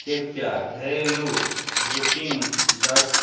कृपया घरेलू बुकिंग दश